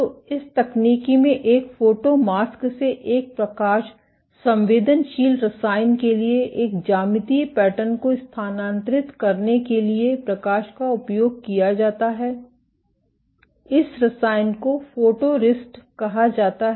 तो इस तकनीक में एक फोटो मास्क से एक प्रकाश संवेदनशील रसायन के लिए एक ज्यामितीय पैटर्न को स्थानांतरित करने के लिए प्रकाश का उपयोग किया जाता है इस रसायन को फोटोरेसिस्ट कहा जाता है